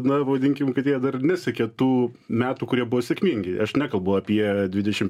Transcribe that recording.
na vadinkim kad jie dar nesekė tų metų kurie buvo sėkmingi aš nekalbu apie dvidešimt